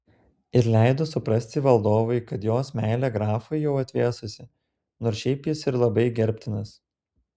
ir leido suprasti valdovui kad jos meilė grafui jau atvėsusi nors šiaip jis ir labai gerbtinas